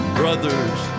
brothers